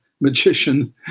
magician